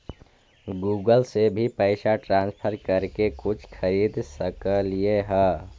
Google से भी पैसा ट्रांसफर कर के कुछ खरिद सकलिऐ हे?